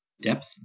Depth